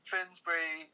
Finsbury